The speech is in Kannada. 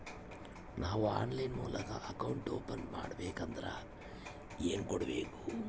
ನಾವು ಆನ್ಲೈನ್ ಮೂಲಕ ಅಕೌಂಟ್ ಓಪನ್ ಮಾಡಬೇಂಕದ್ರ ಏನು ಕೊಡಬೇಕು?